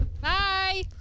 Bye